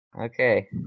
Okay